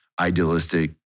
idealistic